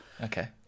Okay